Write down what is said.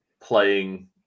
playing